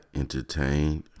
entertained